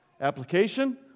Application